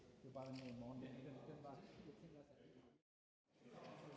Tak